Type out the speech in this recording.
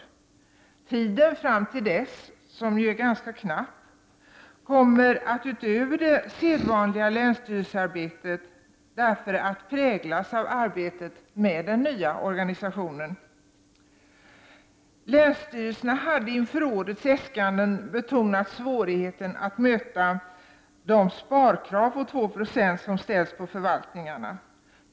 Tiden fram till dess, som ju är ganska knapp, kommer utöver det sedvanliga länsstyrelsearbetet därför att präglas av arbetet med den nya organisationen. Länsstyrelserna hade inför årets äskanden betonat svårigheten att möta de sparkrav på 2 90 som ställts på förvaltningarna.